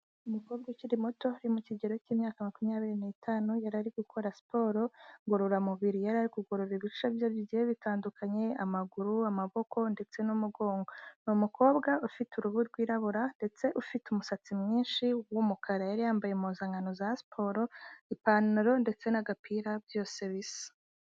Umukobwa ukiri muto, uri mu kigero cy'imyaka makumyabiri nitanu, yari gukora siporo ngororamubiri. Yari ari kugorora ibice bye bigiye bitandukanye amaguru, amaboko, ndetse n'umugongo. Ni umukobwa ufite uruhu rwirabura ndetse ufite umusatsi mwinshi w'umukara. Yari yambaye impuzankano za siporo, ipantaro ndetse n'agapira byose bisa.